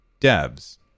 devs